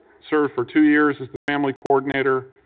served for two years as the family coordinator,